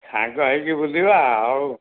ସାଙ୍ଗ ହୋଇକି ବୁଲିବା ହଉ